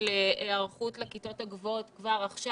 ההיערכות לכיתות הגבוהות כבר עכשיו.